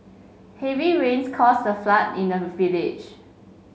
heavy rains cause a flood in the village